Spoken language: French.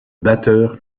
batteur